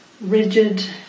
rigid